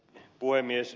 puhemies